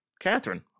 Catherine